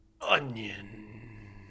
onion